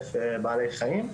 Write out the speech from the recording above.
אלף בעלי חיים,